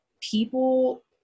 people